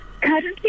Currently